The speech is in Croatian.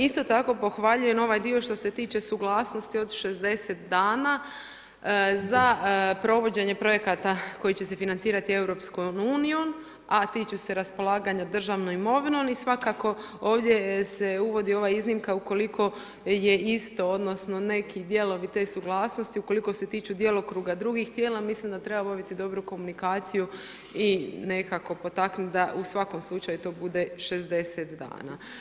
Isto tako pohvaljujem ovaj dio što se tiče suglasnosti od 60 dana, za provođenje projekata koji će se financirati EU, a tiču se raspolaganja državnom imovinom i svakako ovdje se uvodi ova iznimka, ukoliko je isto, odnosno, neki dijelovi te suglasnosti, ukoliko se tiču djelokruga drugih tijela, mislim da treba loviti dobru komunikaciju i nekako potaknuti da u svakom slučaju to bude 60 dana.